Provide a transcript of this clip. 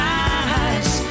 eyes